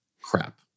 crap